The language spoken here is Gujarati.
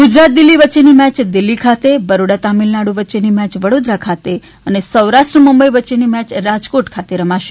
ગુજરાત દિલ્હી વચ્ચેની મેચ દિલ્હી ખાતે બરોડા તમિલનાડુ વચ્ચેની મેચ વડોદરા ખાતે અને સૌરાષ્ટ્ર મુંબઇ વચ્ચેની મેચ રાજકોટ ખાતે રમાશે